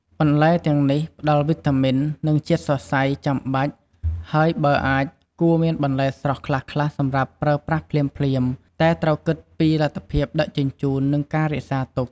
បន្លែទាំងនេះផ្តល់វីតាមីន និងជាតិសរសៃចាំបាច់ ហើយបើអាច គួរមានបន្លែស្រស់ខ្លះៗសម្រាប់ប្រើប្រាស់ភ្លាមៗ តែត្រូវគិតពីលទ្ធភាពដឹកជញ្ជូន និងការរក្សាទុក។